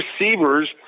receivers